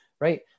right